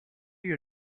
you